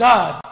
God